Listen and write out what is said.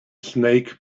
snake